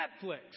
Netflix